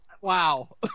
wow